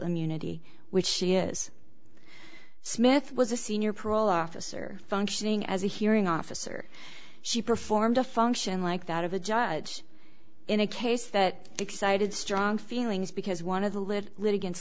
immunity which she is smith was a senior parole officer functioning as a hearing officer she performed a function like that of a judge in a case that excited strong feelings because one of the lid lit